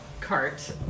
cart